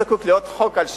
לעוד חוק על שמך,